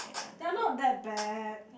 they are not that bad